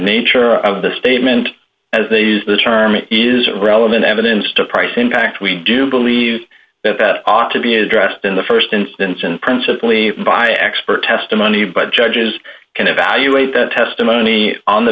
nature of the statement as they use the term is relevant evidence to price in fact we do believe that ought to be addressed in the st instance and principally by expert testimony by the judges can evaluate that testimony on the